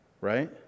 right